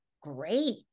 great